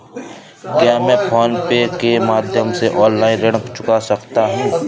क्या मैं PhonePe के माध्यम से ऑनलाइन ऋण चुका सकता हूँ?